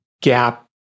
gap